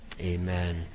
Amen